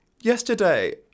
yesterday